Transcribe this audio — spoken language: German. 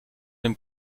dem